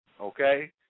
okay